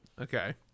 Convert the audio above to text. Okay